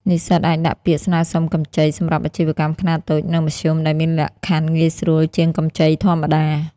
និស្សិតអាចដាក់ពាក្យស្នើសុំកម្ចីសម្រាប់អាជីវកម្មខ្នាតតូច និងមធ្យម ដែលមានលក្ខខណ្ឌងាយស្រួលជាងកម្ចីធម្មតា។